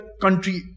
country